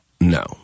No